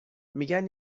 میگن